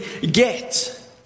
get